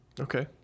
Okay